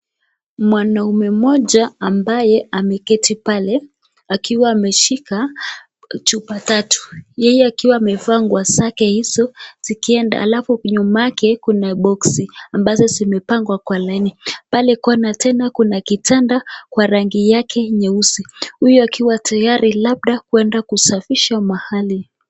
Mwanaume moja ambaye ameketi pale akiwa ameshika chupa tatu, hii akiwa amevaa nguo zake zikienda alafu nyuma yake kuna boksi ambazo zimepangwa kwa laini, pale corner tena kuna kitanda kwa rangi yake nyeusi huyo akiwa tayari labda kwenda kusafisha mahali.